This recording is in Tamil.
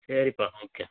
சரிப்பா ஓகே